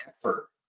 effort